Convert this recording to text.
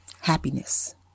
happiness